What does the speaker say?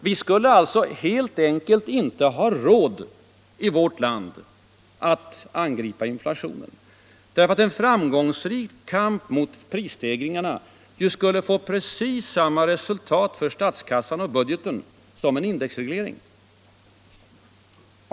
Vi skulle helt enkelt inte ha råd att angripa inflationen, En framgångsrik kamp mot prisstegringarna skulle ju få precis samma resultat för statskassan och budgeten som en indexreglering.